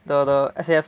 the the S_A_F